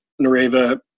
nareva